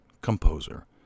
composer